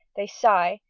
they sigh,